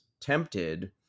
Tempted